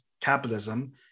capitalism